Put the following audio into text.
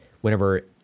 whenever